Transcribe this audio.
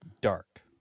Dark